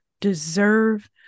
deserve